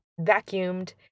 vacuumed